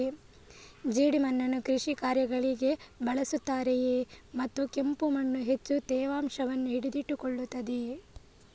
ಜೇಡಿಮಣ್ಣನ್ನು ಕೃಷಿ ಕಾರ್ಯಗಳಿಗೆ ಬಳಸುತ್ತಾರೆಯೇ ಮತ್ತು ಕೆಂಪು ಮಣ್ಣು ಹೆಚ್ಚು ತೇವಾಂಶವನ್ನು ಹಿಡಿದಿಟ್ಟುಕೊಳ್ಳುತ್ತದೆಯೇ?